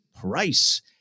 Price